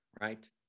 right